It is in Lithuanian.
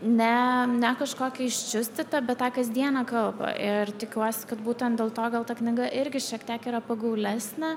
ne ne kažkokią iščiustytą bet tą kasdienę kalbą ir tikiuosi kad būtent dėl to gal ta knyga irgi šiek tiek yra pagaulesnė